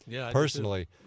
personally